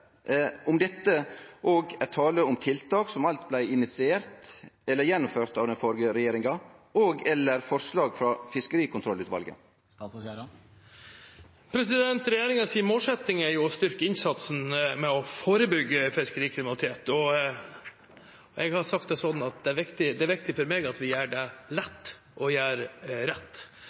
om det òg er tale om tiltak som blei initierte og gjennomførte av den førre regjeringa, og/eller forslag frå fiskerikontrollutvalet? Regjeringens målsetting er å styrke innsatsen for å forebygge fiskerikriminalitet. Jeg har sagt det sånn at det er viktig for meg at vi gjør det lett å gjøre rett.